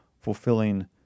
fulfilling